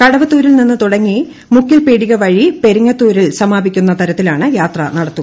കടവത്തൂരിൽ നിന്ന് തുടങ്ങി മുക്കിൽപീടിക വഴി പെർിങ്ങ്തൂരിൽ സമാപിക്കുന്ന തരത്തിലാണ് യാത്ര നടത്തുക